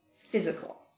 physical